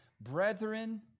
brethren